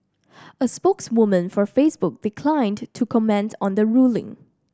a spokeswoman for Facebook declined to to comments on the ruling